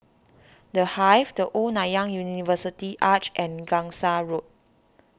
the Hive the Old Nanyang University Arch and Gangsa Road